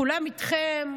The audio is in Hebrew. כולם איתכם,